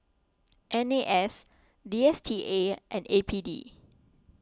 N A S D S T A and A P D